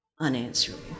unanswerable